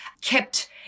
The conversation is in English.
kept